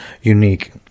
unique